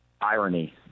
irony